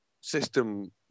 system